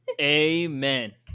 Amen